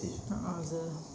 a'ah seh